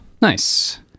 Nice